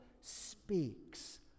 speaks